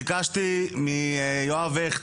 ביקשתי מיואב הכט,